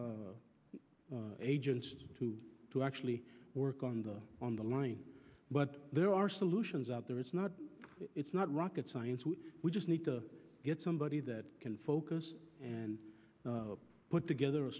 agents to to actually work on the on the line but there are solutions out there it's not it's not rocket science we just need to get somebody that can focus and put together a